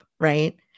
right